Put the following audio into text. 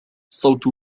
صوت